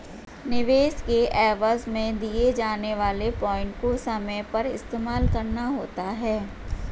निवेश के एवज में दिए जाने वाले पॉइंट को समय पर इस्तेमाल करना होता है